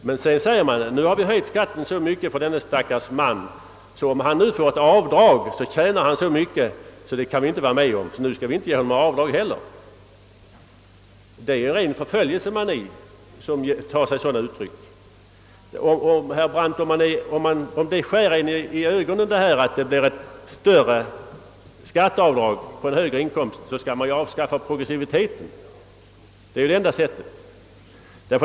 Men sedan säger man: »Nu har vi höjt skatten så mycket för denne stackars man, att om han nu får göra ett avdrag tjänar han så mycket på det, att vi inte kan tillåta det. Nu får han inte göra avdrag heller.» Detta är ren förföljelsemani. Om det skär en i ögonen, herr Brandt, att skatteavdraget blir större på en högre inkomst, då skall man avskaffa progressiviteten. Det är det enda riktiga förfaringssättet.